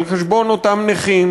על חשבון אותם נכים,